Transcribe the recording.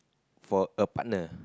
for a partner